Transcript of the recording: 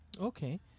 okay